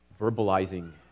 verbalizing